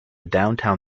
downtown